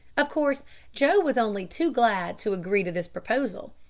of course joe was only too glad to agree to this proposal,